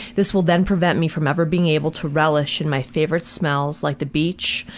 this will then prevent me from ever being able to relish in my favorite smells, like the beach,